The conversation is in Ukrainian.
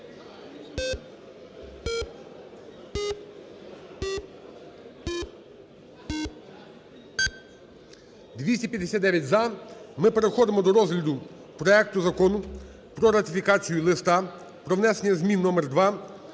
За-259 Ми переходимо до розгляду проекту Закону про ратифікацію Листа про внесення змін № 2